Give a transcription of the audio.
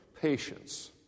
Patience